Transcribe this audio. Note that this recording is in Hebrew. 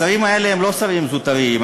השרים האלה הם לא שרים זוטרים.